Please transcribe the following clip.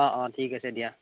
অঁ অঁ ঠিক আছে দিয়া